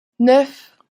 neuf